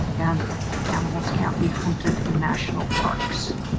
and animals can't be hunted in national parks.